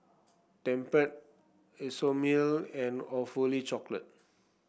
Tempt Isomil and Awfully Chocolate